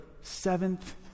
seventh